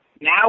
Now